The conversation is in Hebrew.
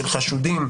של חשודים,